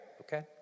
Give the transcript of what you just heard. okay